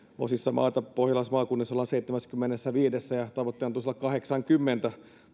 osissa maata pohjalaismaakunnissa ollaan seitsemässäkymmenessäviidessä ja tavoitteena on tosiaan kahdeksankymmentä